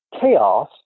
chaos